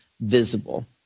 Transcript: visible